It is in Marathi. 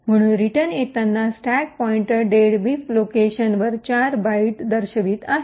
म्हणून रिटर्न येताना स्टॅक पॉइंटर "डेडबीफ" लोकेशन वर 4 बाइट दर्शवित आहे